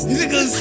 niggas